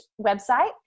website